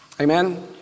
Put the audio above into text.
Amen